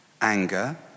anger